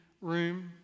room